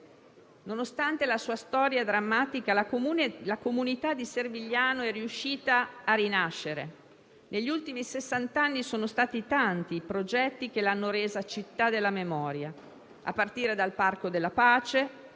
Nonostante la sua storia drammatica, la comunità di Servigliano è riuscita a rinascere. Negli ultimi sessant'anni sono stati tanti i progetti che l'hanno resa città della memoria, a partire dal Parco della pace